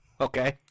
Okay